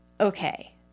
Okay